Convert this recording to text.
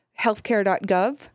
healthcare.gov